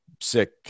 sick